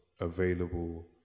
available